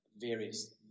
various